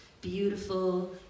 beautiful